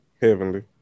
Heavenly